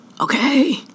okay